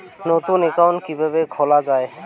নতুন একাউন্ট কিভাবে খোলা য়ায়?